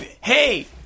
Hey